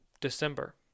December